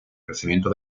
crecimiento